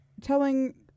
telling